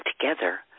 together